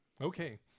okay